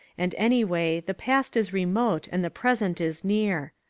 and anyway the past is remote and the present is near.